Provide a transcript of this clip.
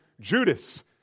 Judas